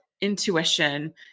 intuition